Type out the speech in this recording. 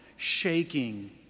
Shaking